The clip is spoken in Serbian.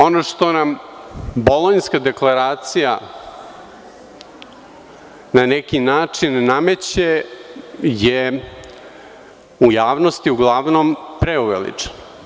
Ono što nam Bolonjska deklaracija, na neki način nameće, je u javnosti uglavnom preuveličana.